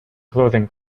clothing